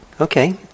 Okay